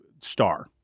star